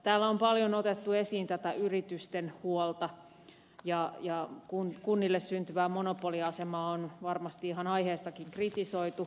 täällä on paljon otettu esiin tätä yritysten huolta ja kunnille syntyvää monopoliasemaa on varmasti ihan aiheestakin kritisoitu